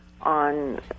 on